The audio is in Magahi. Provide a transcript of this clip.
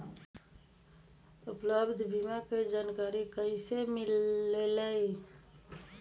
उपलब्ध बीमा के जानकारी कैसे मिलेलु?